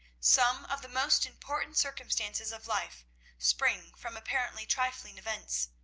some of the most important circumstances of life spring from apparently trifling events.